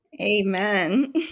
Amen